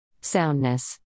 Soundness